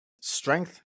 strength